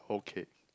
okay